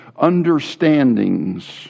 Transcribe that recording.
understandings